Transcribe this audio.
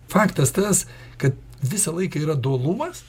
faktas tas kad visą laiką yra dualumas